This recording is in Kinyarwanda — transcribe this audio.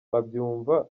abyumva